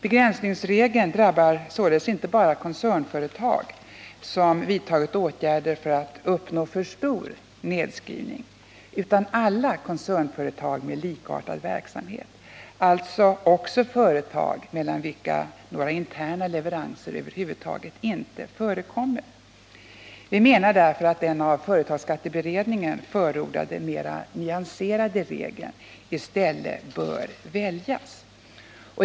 Begränsningsregeln drabbar sålunda inte bara koncernföretag som vidtagit åtgärder för att uppnå för stor nedskrivning utan alla koncernföretag med likartad verksamhet, alltså också företag, mellan vilka några interna leveranser över huvud inte förekommer. Vi menar därför att den av företagsskatteberedningen förordade mera nyanserade regeln i stället bör väljas.